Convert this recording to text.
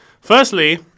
Firstly